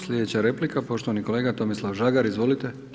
Slijedeća replika, poštovani kolega Tomislav Žagar, izvolite.